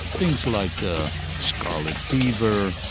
things like ah scarlet fever,